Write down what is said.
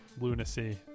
lunacy